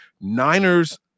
Niners